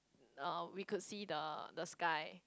uh we could see the the sky